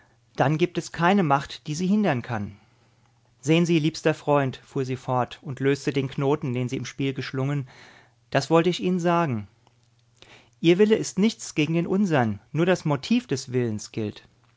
dann gibt es keine macht die sie hindern kann sehen sie liebster freund fuhr sie fort und löste den knoten den sie im spiel geschlungen das wollte ich ihnen sagen ihr wille ist nichts gegen den unsern nur das motiv des willens gilt